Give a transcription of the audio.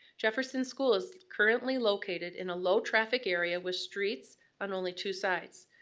jefferson school is currently located in a low-traffic area with streets on only two sides.